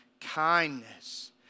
kindness